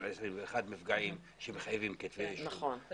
ל-21 מפגעים שמחייבים כתבי אישום.